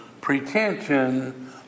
pretension